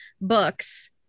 books